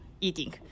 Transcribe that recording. eating